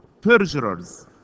perjurers